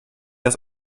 das